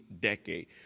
decade